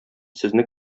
сезне